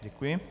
Děkuji.